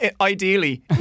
ideally